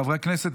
חברי הכנסת,